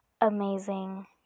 Amazing